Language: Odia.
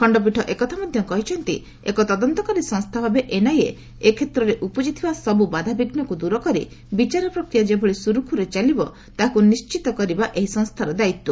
ଖଶ୍ଚପୀଠ ଏକଥା ମଧ୍ୟ କହିଛନ୍ତି ଏକ ତଦନ୍ତକାରୀ ସଂସ୍ଥା ଭାବେ ଏନ୍ଆଇଏ ଏ କ୍ଷେତ୍ରରେ ଉପୁକ୍ବିଥିବା ସବୁବାଧା ବିଘ୍ୱକୁ ଦୂର କରି ବିଚାର ପ୍ରକ୍ରିୟା ଯେଭଳି ସୁରୁଖୁରୁରେ ଚାଲିବ ତାହାକୁ ନିଶ୍ଚିତ କରିବା ଏହି ସଂସ୍ଥାର ଦାୟିତ୍ୱ